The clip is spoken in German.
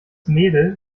mädel